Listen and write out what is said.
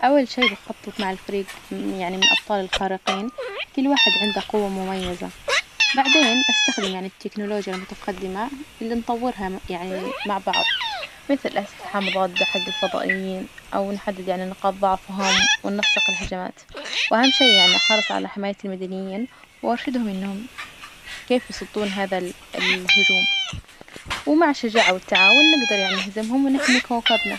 أول شي بخطط مع الفريج مم- يعني من الأبطال الخارقين كل واحد عنده قوة مميزة، بعدين أستخدم يعني التكنولوجيا المتقدمة اللي نطورها يعني مع بعض مثل أسلحة مضادة حج الفضائيين أو نحدد يعني نقاط ضعفهم وننسق الهجمات، وأهم شي يعني أحرص على حماية المدنيين وأرشدهم إنهم كيف يصدون هذا ال- الهجوم? ومع الشجاعة والتعاون نجدر يعني نهزمهم ونحمي كوكبنا.